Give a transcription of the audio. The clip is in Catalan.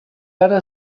ara